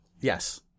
Yes